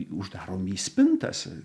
uždaromi į spintas